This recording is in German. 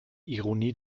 ironie